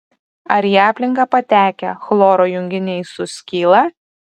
ar į aplinką patekę chloro junginiai suskyla